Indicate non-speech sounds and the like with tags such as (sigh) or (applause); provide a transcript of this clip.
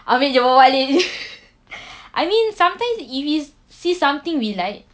I mean just bawa balik (laughs) I mean sometimes if it's see something we like